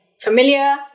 familiar